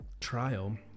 trial